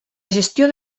gestió